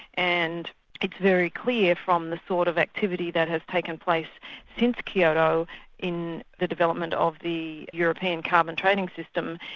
and it's very clear from the sort of activity that has taken place since kyoto in the development of the european carbon trading system,